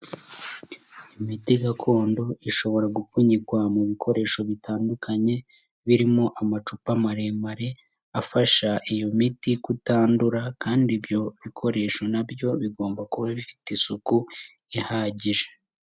Imiti gakondo ishobora gupfunyikwa mu bikoresho bitandukanye, birimo amacupa maremare afasha iyo miti kutandura, kandi ibyo bikoresho na byo bigomba kuba bifite isuku ihagije.